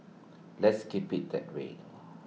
let's keep IT that way